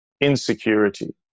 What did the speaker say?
insecurity